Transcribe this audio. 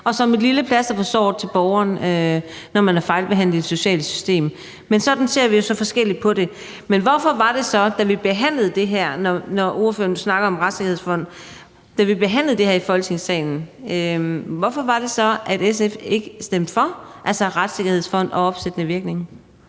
og som et lille plaster på såret til borgeren, når man er fejlbehandlet i det sociale system. Men sådan ser vi så forskelligt på det. Men hvorfor var det så sådan, da vi behandlede det her, når ordføreren snakker om retssikkerhedsfond, at SF ikke stemte for retssikkerhedsfond og opsættende virkning?